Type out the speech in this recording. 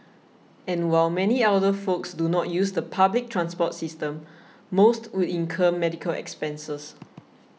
and while many elderly folks do not use the public transport system most would incur medical expenses